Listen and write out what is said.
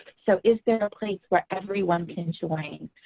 so is there a place where everyone can join?